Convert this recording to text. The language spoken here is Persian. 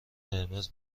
قرمز